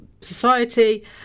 society